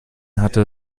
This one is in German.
hatte